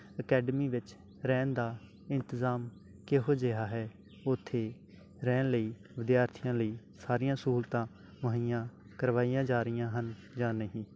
academy ਵਿੱਚ ਰਹਿਣ ਦਾ ਇੰਤਜ਼ਾਮ ਕਿਹੋ ਜਿਹਾ ਹੈ ਉੱਥੇ ਰਹਿਣ ਲਈ ਵਿਦਿਆਰਥੀਆਂ ਲਈ ਸਾਰੀਆਂ ਸਹੂਲਤਾਂ ਮੁਹੱਈਆਂ ਕਰਵਾਈਆਂ ਜਾ ਰਹੀਆਂ ਹਨ ਜਾਂ ਨਹੀਂ